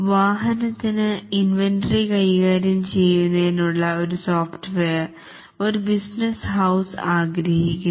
വാഹനത്തിന് ഇൻവെന്ററി കൈകാര്യം ചെയ്യുന്നതിനുള്ള ഒരു സോഫ്റ്റ്വെയർ ഒരു ബിസിനസ് ഹൌസ് ആഗ്രഹിക്കുന്നു